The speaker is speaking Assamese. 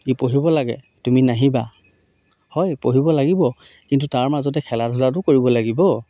ই পঢ়িব লাগে তুমি নাহিবা হয় পঢ়িব লাগিব কিন্তু তাৰ মাজতে খেলা ধূলাটোও কৰিব লাগিব